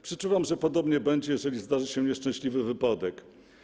Przeczuwam, że podobnie będzie, jeżeli zdarzy się nieszczęśliwy wypadek.